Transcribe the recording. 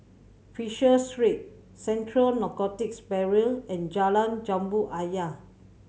Fisher Street Central Narcotics Bureau and Jalan Jambu Ayer